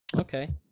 Okay